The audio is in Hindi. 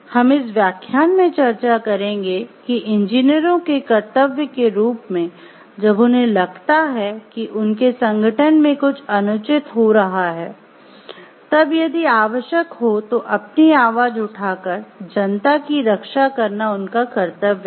हम इस व्याख्यान में चर्चा करेंगे कि इंजीनियरों के कर्तव्य के रूप में जब उन्हें लगता है कि उनके संगठन में कुछ अनुचित हो रहा है तब यदि आवश्यक हो तो अपनी आवाज उठाकर जनता की रक्षा करना उनका कर्तव्य है